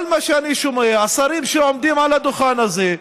כל מה שאני שומע זה שרים שעומדים על הדוכן הזה,